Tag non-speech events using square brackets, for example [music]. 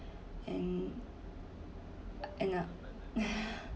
and and uh [laughs]